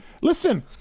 Listen